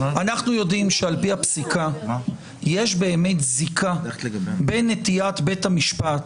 אנחנו יודעים שעל פי הפסיקה יש באמת זיקה בין נטיית בית המשפט